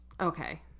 Okay